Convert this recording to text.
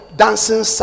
dancing